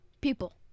People